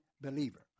believer